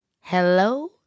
Hello